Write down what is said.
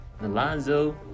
Alonzo